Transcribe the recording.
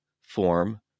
form